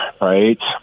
right